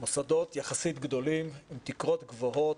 מוסדות יחסית גדולים, עם תקרות גבוהות,